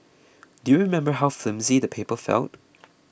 do you remember how flimsy the paper felt